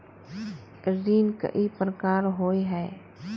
ऋण कई प्रकार होए है?